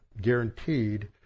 guaranteed